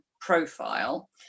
profile